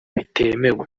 bitemewe